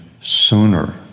sooner